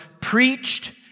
preached